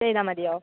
ചെയ്താൽ മതിയോ